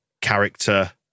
character